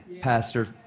Pastor